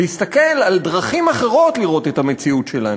להסתכל על דרכים אחרות לראות את המציאות שלנו.